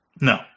No